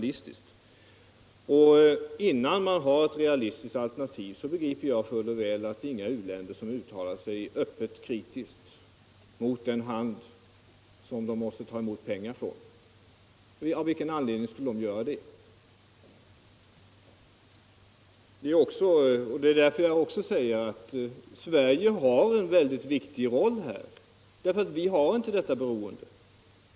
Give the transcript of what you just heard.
Innan man har ett realistiskt alternativ begriper jag utmärkt väl att inga u-länder öppet uttalar sig kritiskt mot den som de måste ta emot pengar av. Av vilken anledning skulle de göra det? Det är också därför jag säger att Sverige här har en mycket viktig roll, eftersom vi inte har detta beroende.